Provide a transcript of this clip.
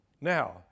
now